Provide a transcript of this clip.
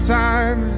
time